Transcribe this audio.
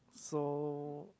so